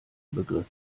begriff